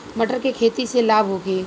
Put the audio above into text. मटर के खेती से लाभ होखे?